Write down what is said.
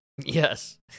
Yes